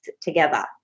together